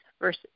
verse